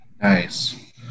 Nice